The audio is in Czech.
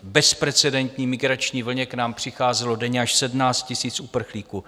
V bezprecedentní migrační vlně k nám přicházelo denně až 17 tisíc uprchlíků.